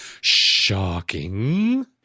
shocking